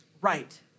Right